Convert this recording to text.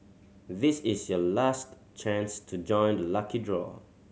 this is your last chance to join the lucky draw